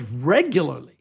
regularly